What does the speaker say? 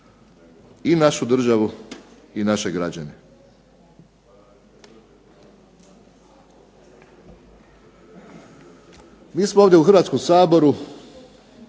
i našu državu i naše građane. Mi smo ovdje u Hrvatskom saboru